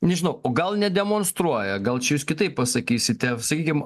nežinau o gal nedemonstruoja gal čia jūs kitaip pasakysite sakykim